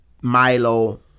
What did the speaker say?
milo